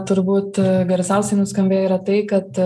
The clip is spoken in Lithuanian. turbūt garsiausiai nuskambėję yra tai kad